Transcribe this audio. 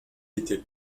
était